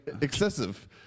excessive